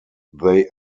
they